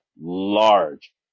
large